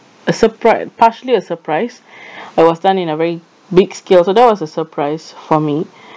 a surpri~ partially a surprise it was done in a very big scale so that was a surprise for me